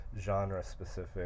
genre-specific